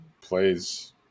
plays